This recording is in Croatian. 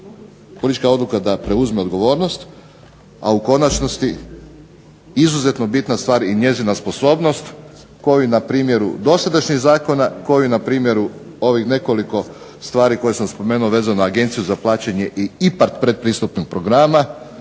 politička odluka da preuzme odgovornost, a u konačnosti izuzetno bitna stvar je i njezina sposobnost koju na primjeru dosadašnjih zakona, koju na primjeru ovih nekoliko stvari koje sam spomenuo vezano za Agenciju za plaćanje i IPARD pretpristupnih programa,